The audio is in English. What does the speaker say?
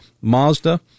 Mazda